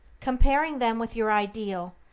comparing them with your ideal,